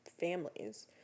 families